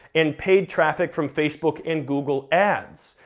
and paid traffic from facebook and google ads.